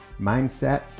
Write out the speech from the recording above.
mindset